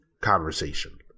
conversation